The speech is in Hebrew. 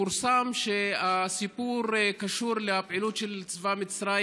פורסם שהסיפור קשור לפעילות של צבא מצרים